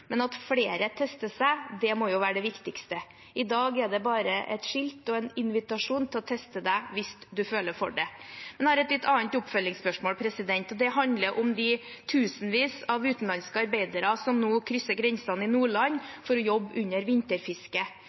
At flere tester seg, må jo være det viktigste. I dag er det bare et skilt og en invitasjon til å teste seg hvis man føler for det. Men jeg har et litt annet oppfølgingsspørsmål, og det handler om de tusenvis av utenlandske arbeidere som nå krysser grensen i Nordland for å jobbe under vinterfisket.